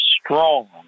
strong